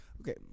okay